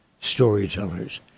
storytellers